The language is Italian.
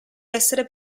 essere